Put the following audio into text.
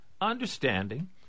Understanding